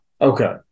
Okay